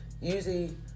Usually